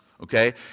Okay